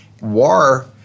War